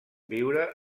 viure